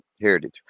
Heritage